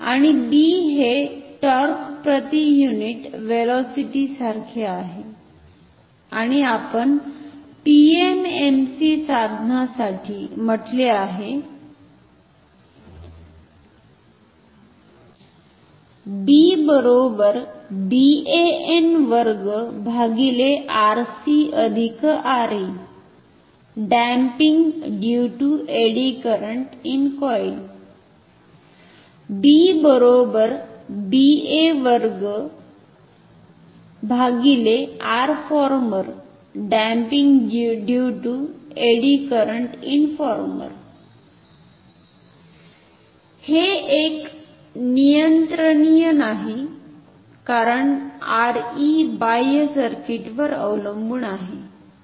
आणि b हे torque प्रति युनिट व्हेलॉसिटी सारखे आहे आणि आपण पीएमएमसी साधनासाठी म्हटले आहे हे एक नियंत्रणीय नाही कारण Re बाह्य सर्किटवर अवलंबून आहे